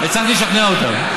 הצלחתי לשכנע אותם.